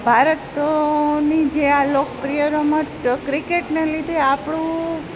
ભારત ની જે આ લોકપ્રિય રમત ક્રિકેટને લીધે આપણું